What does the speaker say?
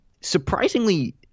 Surprisingly